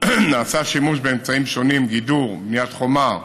נעשה שימוש באמצעים שונים: גידור, בניית חומה,